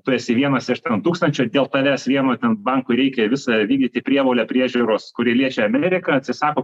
tu esi vienas iš ten tūkstančio dėl tavęs vieno ten bankui reikia visą vykdyti prievolę priežiūros kuri liečia ameriką atsisako